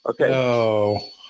Okay